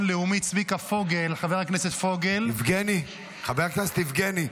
לאומי חבר הכנסת צביקה פוגל -- חבר הכנסת יבגני.